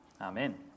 Amen